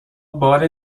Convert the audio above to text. بار